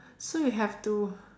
so you have to